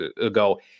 ago